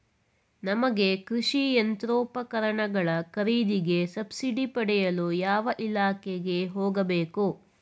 ನಮಗೆ ಕೃಷಿ ಯಂತ್ರೋಪಕರಣಗಳ ಖರೀದಿಗೆ ಸಬ್ಸಿಡಿ ಪಡೆಯಲು ಯಾವ ಇಲಾಖೆಗೆ ಹೋಗಬೇಕು?